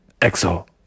EXO